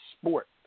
sport